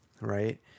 right